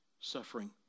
suffering